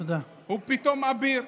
הוא פתאום אביר.